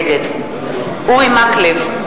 נגד אורי מקלב,